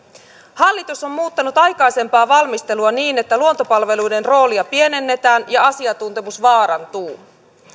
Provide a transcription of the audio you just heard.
hallitus on muuttanut aikaisempaa valmistelua niin että luontopalveluiden roolia pienennetään ja asiantuntemus vaarantuu